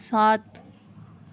سات